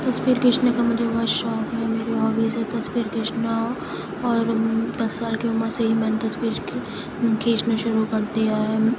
تصویر کھینچنے کا مجھے بہت شوق ہے میری ہابیز ہیں تصویر کھینچنا اور دس سال کی عمر سے ہی میں نے تصویر کھینچنی شروع کر دیا ہے